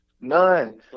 None